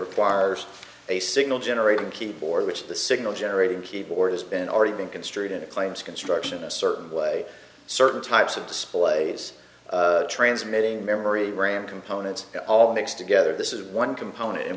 requires a signal generated keyboard which the signal generating keyboard has been already been construed into claims construction a certain way certain types of displays transmitting memory ram components all mixed together this is one component and